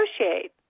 negotiate